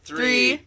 Three